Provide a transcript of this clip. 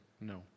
no